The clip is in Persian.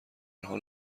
حال